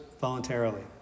voluntarily